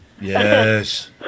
Yes